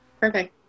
Perfect